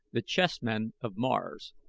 the chessmen of mars,